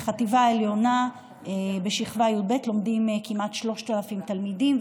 בחטיבה העליונה בשכבה י"ב לומדים כמעט 3,000 תלמידים,